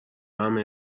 همه